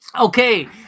Okay